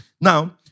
Now